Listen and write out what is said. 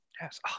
Yes